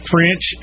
French